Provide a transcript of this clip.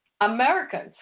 Americans